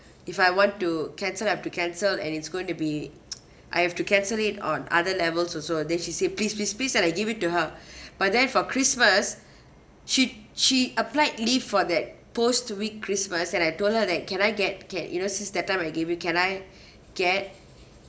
if I want to cancel I've to cancel and it's going to be I have to cancel it on other levels also and then she said please please please then I gave it to her but then for christmas she she applied leave for that post to read christmas and I told her like can I get okay you know since that time I gave you can I get